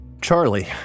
Charlie